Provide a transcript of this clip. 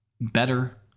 better